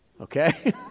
Okay